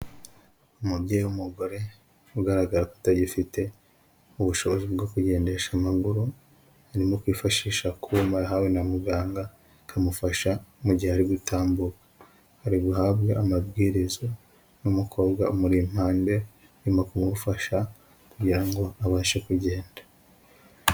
Umubyeyi w'umugore ugaragara ko atagifite ubushobozi bwo kugendesha amaguru, arimo kwifashisha akuma yahawe na muganga kamufasha mu gihe ari gutambuka, ari guhabwa amabwiriza n'umukobwa umuri impande urimo kumufasha kugira ngo abashe kugenda.